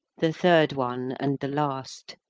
the third one and the last.